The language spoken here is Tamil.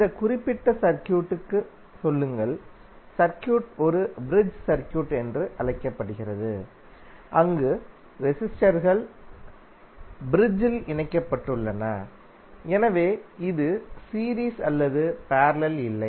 இந்த குறிப்பிட்ட சர்க்யூட்க்கு சொல்லுங்கள் சர்க்யூட் ஒரு ப்ரிட்ஜ் சர்க்யூட் என்று அழைக்கப்படுகிறது அங்கு ரெசிஸ்டரன்ஸ்கள் ப்ரிட்ஜில் இணைக்கப்பட்டுள்ளன எனவே இது சீரீஸ் அல்லது பேரலல் இல்லை